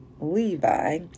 Levi